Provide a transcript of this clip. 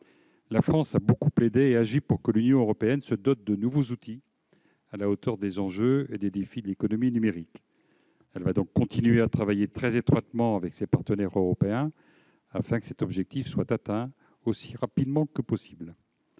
La France a beaucoup plaidé et agi pour que l'Union européenne se dote de nouveaux instruments à la hauteur des enjeux et des défis de l'économie numérique. Elle continuera à travailler très étroitement avec ses partenaires européens, afin que cet objectif soit atteint aussi rapidement que possible.